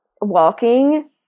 walking